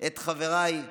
את חבריי,